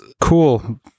cool